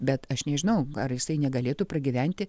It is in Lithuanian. bet aš nežinau ar jisai negalėtų pragyventi